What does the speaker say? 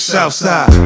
Southside